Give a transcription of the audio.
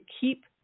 keep